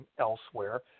elsewhere